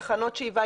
תחנות שאיבה,